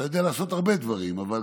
אתה יודע לעשות הרבה דברים, אבל